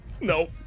No